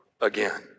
again